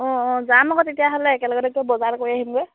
অঁ অঁ যাম আকৌ তেতিয়াহ'লে একেলগতে গৈ বজাৰ কৰি আহিমগৈ